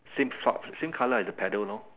same stout same colour as the petal lor